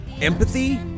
empathy